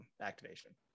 activation